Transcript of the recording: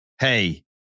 Hey